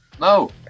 No